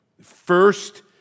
First